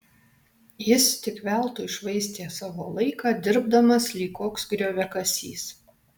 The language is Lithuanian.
jis tik veltui švaistė savo laiką dirbdamas lyg koks grioviakasys